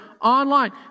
online